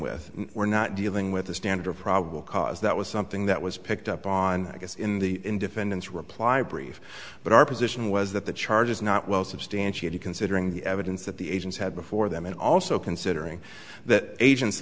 with we're not dealing with the standard of probable cause that was something that was picked up on i guess in the defendant's reply brief but our position was that the charge is not well substantiated considering the evidence that the agents had before them and also considering that agents